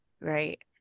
right